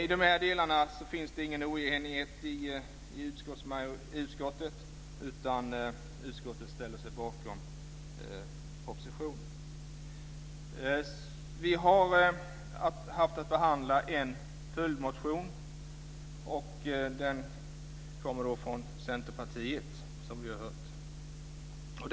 I dessa delar finns det ingen oenighet i utskottet, utan utskottet ställer sig bakom propositionen. Vi har haft att behandla en följdmotion. Den kommer från Centerpartiet, som vi har hört.